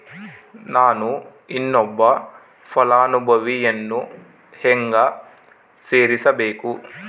ನಾನು ಇನ್ನೊಬ್ಬ ಫಲಾನುಭವಿಯನ್ನು ಹೆಂಗ ಸೇರಿಸಬೇಕು?